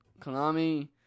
Konami